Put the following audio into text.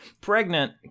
pregnant